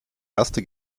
erste